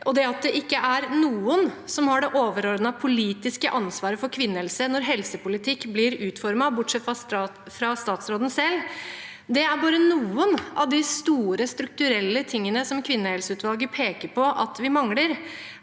og at det ikke er noen som har det overordnede politiske ansvaret for kvinnehelse når helsepolitikk blir utformet, bortsett fra statsråden selv – det er bare noen av de store strukturelle tingene som kvinnehelseutvalget peker på at vi mangler.